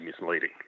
misleading